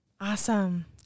Awesome